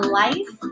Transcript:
life